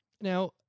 Now